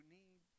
need